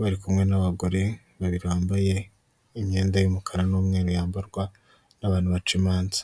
bari kumwe n'abagore babiri bambaye imyenda y'umukara n'umweru yambarwa n'abantu baca imanza.